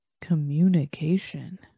communication